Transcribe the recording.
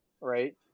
right